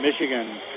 Michigan